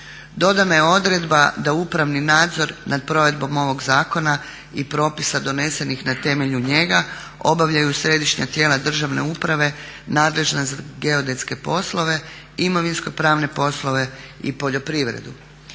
Dodana je odredba da upravni nadzor nad provedbom ovog zakona i propisa donesenih na temelju njega obavljaju središnja tijela državne uprave nadležna za geodetske poslove, imovinsko pravne poslove i poljoprivredu.